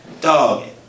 dog